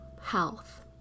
health